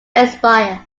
expire